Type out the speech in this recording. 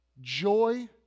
Joy